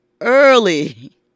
early